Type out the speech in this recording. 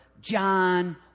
John